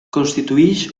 constitueix